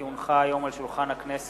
כי הונחו היום על שולחן הכנסת,